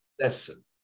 lesson